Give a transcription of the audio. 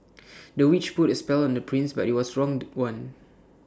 the witch put A spell on the prince but IT was wrong The One